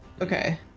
okay